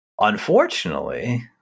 unfortunately